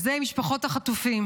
והוא משפחות החטופים.